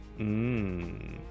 Mmm